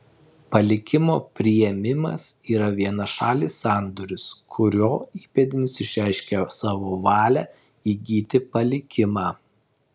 palikimo priėmimas yra vienašalis sandoris kuriuo įpėdinis išreiškia savo valią įgyti palikimą